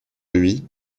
lui